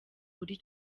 buri